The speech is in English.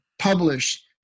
publish